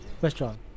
Restaurant